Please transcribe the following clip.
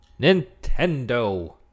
Nintendo